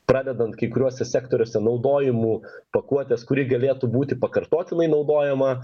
pradedant kai kuriuose sektoriuose naudojimu pakuotės kuri galėtų būti pakartotinai naudojama